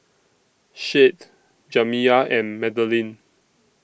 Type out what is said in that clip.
Shade Jamiya and Madaline